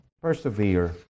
Persevere